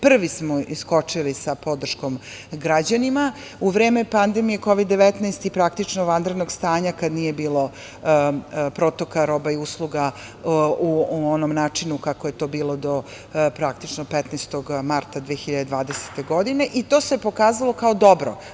Prvi smo iskočili sa podrškom građanima u vreme pandemije Kovid – 19 i praktično vanrednog stanja, kada nije bilo protoka roba i usluga u onom načinu kako je to bilo do praktično 15. marta 2020. godine, i to se pokazalo kao dobro.